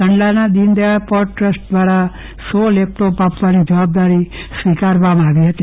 કંડલાના Deen Dayal port trust દ્વારા સો laptop આપવાની જવાબદારી સ્વીકારવામાં આવી હતી